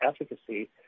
efficacy